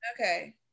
Okay